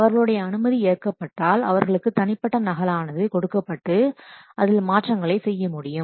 அவர்களுடைய அனுமதி ஏற்கப்பட்டால் அவர்களுக்கு தனிப்பட்ட நகல் ஆனது கொடுக்கப்பட்டு அதில் மாற்றங்களை செய்ய முடியும்